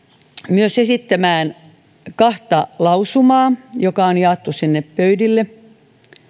myös esittämään kahta lausumaa jotka on jaettu sinne pöydille